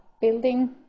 building